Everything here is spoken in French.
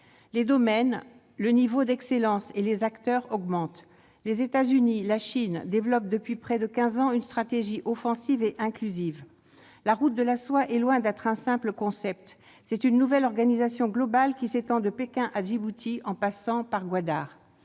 Les domaines, le niveau d'excellence et les acteurs augmentent ! Les États-Unis, la Chine développent depuis près de quinze ans une stratégie offensive et inclusive. Les nouvelles routes de la soie sont loin d'être un simple concept. Il s'agit d'une nouvelle organisation globale, qui s'étend de Pékin à Djibouti, en passant par Gwadar.